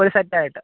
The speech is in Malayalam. ഒരു സെറ്റായിട്ട്